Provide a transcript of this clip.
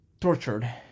tortured